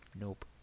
Nope